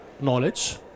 knowledge